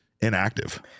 inactive